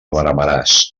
veremaràs